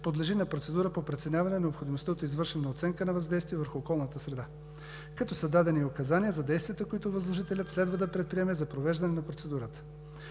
подлежи на процедура по преценяване необходимостта от извършена оценка на въздействие върху околната среда, като са дадени указания за действията, които възложителят следва да предприеме за провеждане на процедурата.